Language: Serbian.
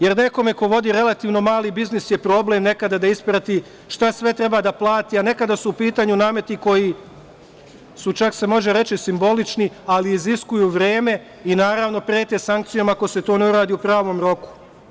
Jer, nekome ko vodi relativno mali biznis je problem nekada da isprati šta sve treba da plati, a nekada su u pitanju nameti koji su čak se može reći simbolični, ali iziskuju vreme i naravno prete sankcijom ako se to ne uradi u pravom roku.